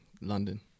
London